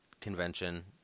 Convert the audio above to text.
convention